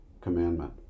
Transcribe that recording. commandment